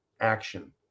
action